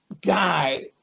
guy